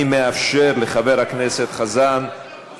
אני מאפשר לחבר הכנסת חזן, הוא